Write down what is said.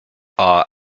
are